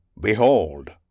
Behold